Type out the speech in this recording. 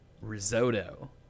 Risotto